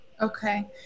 okay